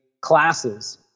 classes